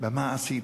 במה עשית,